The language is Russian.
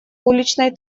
уличной